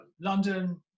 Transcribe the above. London